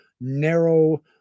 narrow